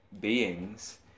beings